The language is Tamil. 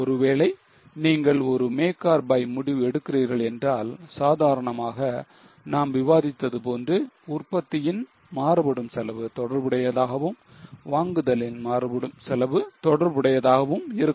ஒருவேளை நீங்கள் ஒரு make or buy முடிவு எடுக்கிறீர்கள் என்றால் சாதாரணமாக நாம் விவாதித்தது போன்று உற்பத்தியின் மாறுபடும் செலவு தொடர்புடையதுதாகவும் வாங்குதலின் மாறுபடும் செலவு தொடர்புடையதுதாகவும் இருக்கும்